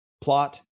plot